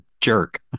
jerk